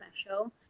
special